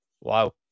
wow